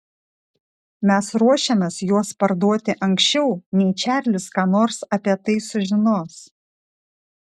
mes ruošiamės juos parduoti anksčiau nei čarlis ką nors apie tai sužinos